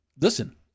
Listen